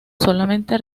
solamente